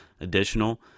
additional